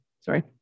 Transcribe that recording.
sorry